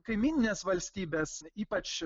kaimyninės valstybės ypač